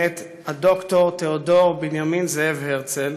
מאת הד"ר תאודור בנימין זאב הרצל,